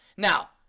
Now